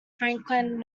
franklin